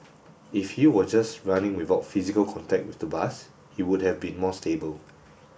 if he was just running without physical contact with the bus he would have been more stable